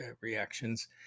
reactions